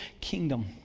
kingdom